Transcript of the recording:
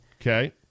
Okay